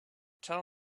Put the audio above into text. tell